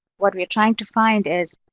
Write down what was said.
what we are trying to find is,